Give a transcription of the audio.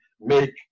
make